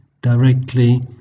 directly